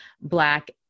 Black